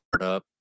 up